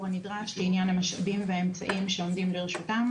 הנדרש לעניין המשאבים והאמצעים שעומדים לרשותם,